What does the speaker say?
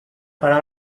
farà